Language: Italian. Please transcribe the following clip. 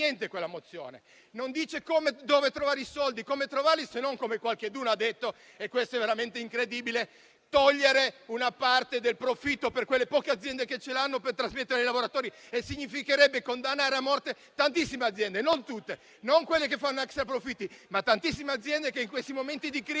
non dice dove trovare i soldi, né come trovarli, se non, come qualcuno ha detto - questo è veramente incredibile - togliendo una parte del profitto a quelle poche aziende che ce l'hanno, per trasmetterlo ai lavoratori. Ciò significherebbe condannare a morte tantissime aziende, non tutte, non quelle che fanno extraprofitti, ma tantissime aziende che in questi momenti di crisi